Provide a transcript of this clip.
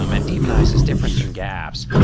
um and demonize is different than gaffes.